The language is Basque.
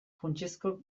funtsezko